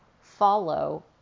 follow